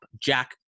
jack